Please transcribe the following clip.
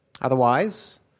Otherwise